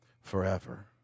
forever